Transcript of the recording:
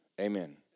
Amen